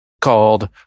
called